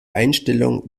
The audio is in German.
einstellung